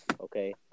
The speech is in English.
okay